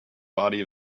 body